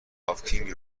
هاوکینگ